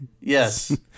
Yes